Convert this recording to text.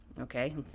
Okay